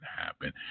happen